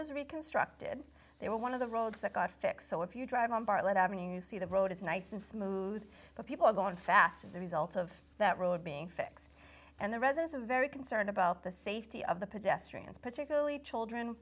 was reconstructed they were one of the roads that got fixed so if you drive on bartlett avenue you see the road is nice and smooth but people are going fast as a result of that road being fixed and the residents are very concerned about the safety of the pedestrians particularly children